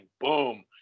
boom